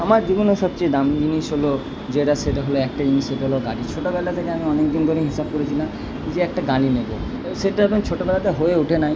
আমার জীবনে সবচেয়ে দামি জিনিস হলো যেটা সেটা হলো একটাই জিনিস সেটা হলো গাড়ি ছোটোবেলা থেকে আমি অনেক দিন ধরে হিসাব করেছিলাম যে একটা গাড়ি নেবো তো সেটা এখন ছোটোবেলাতে হয়ে উঠে নাই